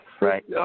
Right